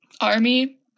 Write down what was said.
Army